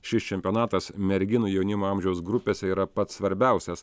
šis čempionatas merginų jaunimo amžiaus grupėse yra pats svarbiausias